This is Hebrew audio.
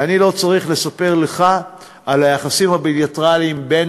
ואני לא צריך לספר לך על היחסים הבילטרליים בין